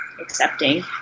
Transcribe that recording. accepting